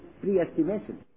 pre-estimation